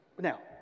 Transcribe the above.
Now